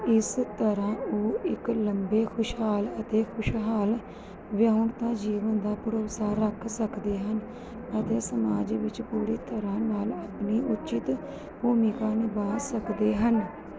ਇਸ ਤਰ੍ਹਾਂ ਉਹ ਇੱਕ ਲੰਬੇ ਖੁਸ਼ਹਾਲ ਅਤੇ ਖੁਸ਼ਹਾਲ ਵਿਆਹੁਤਾ ਜੀਵਨ ਦਾ ਭਰੋਸਾ ਰੱਖ ਸਕਦੇ ਹਨ ਅਤੇ ਸਮਾਜ ਵਿੱਚ ਪੂਰੀ ਤਰ੍ਹਾਂ ਨਾਲ ਆਪਣੀ ਉਚਿਤ ਭੂਮਿਕਾ ਨਿਭਾ ਸਕਦੇ ਹਨ